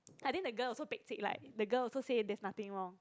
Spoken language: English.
I think the girl also fake fake like the girl also say there's nothing wrong